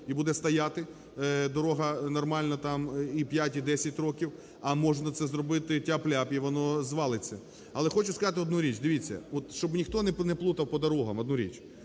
і буде стояти дорога нормально там і 5, і 10 років. А можна це зробити тяп-ляп 0- і воно звалиться. Але хочу сказати одну річ. Дивіться, от щоб ніхто не плутав по дорогам